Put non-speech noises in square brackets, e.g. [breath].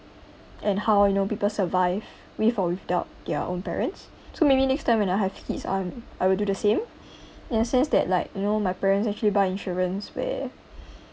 and how you know people survive with or without their own parents so maybe next time when I have kids I'm I would do the same [breath] in a sense that like you know my parents actually buy insurance where [breath]